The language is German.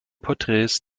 porträts